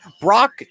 Brock